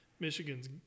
Michigan's